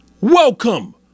Welcome